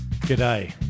G'day